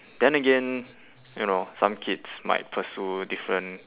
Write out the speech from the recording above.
then again you know some kids might pursue different